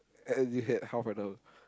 and you had half an hour